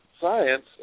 science